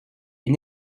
est